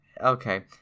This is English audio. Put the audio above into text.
okay